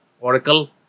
Oracle